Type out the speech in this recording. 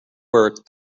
work